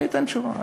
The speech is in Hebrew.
אתן תשובה,